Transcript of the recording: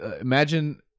imagine